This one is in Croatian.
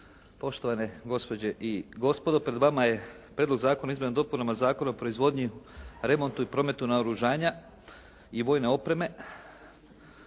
poštovane gospođe i gospodo. Pred vama je Prijedlog zakona o izmjenama i dopunama Zakona o proizvodnji, remontu i prometu naoružanja i vojne opreme,